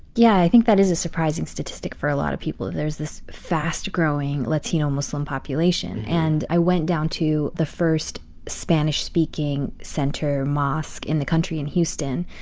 yeah, i think that is a surprising statistic for a lot of people. there's this fast-growing latino muslim population. and i went down to the first spanish-speaking center mosque in the country in houston,